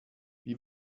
wie